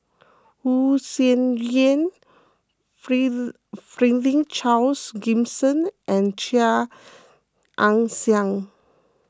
Wu Tsai Yen Franklin Charles Gimson and Chia Ann Siang